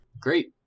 Great